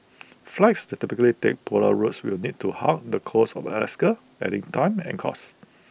flights that typically take polar routes will need to hug the coast of Alaska adding time and cost